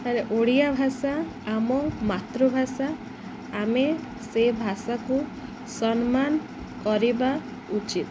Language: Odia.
ଆରେ ଓଡ଼ିଆ ଭାଷା ଆମ ମାତୃଭାଷା ଆମେ ସେ ଭାଷାକୁ ସମ୍ମାନ କରିବା ଉଚିତ